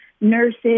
nurses